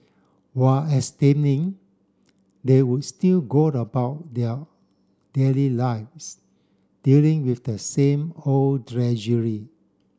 while abstaining they would still go about their daily lives dealing with the same old drudgery